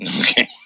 Okay